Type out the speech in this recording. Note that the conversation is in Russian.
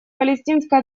палестинской